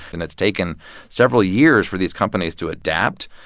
and it's taken several years for these companies to adapt,